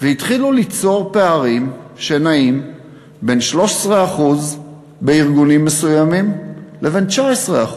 והתחילו ליצור פערים שנעים בין 13% בארגונים מסוימים לבין 19%,